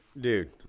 Dude